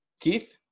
Keith